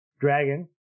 dragon